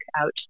out